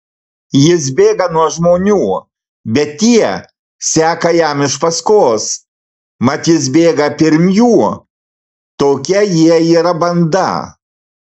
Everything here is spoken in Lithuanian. jis bėga nuo žmonių bet tie seka jam iš paskos mat jis bėga pirm jų tokia jie yra banda